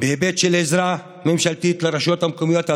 בהיבט של עזרה ממשלתית לרשויות המקומיות הדרוזיות,